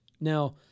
Now